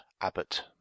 Abbott